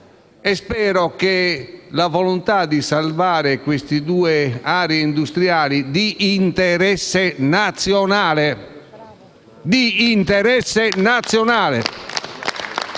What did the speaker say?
spero nella volontà di salvare queste due aree industriali di interesse nazionale.